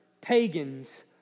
pagans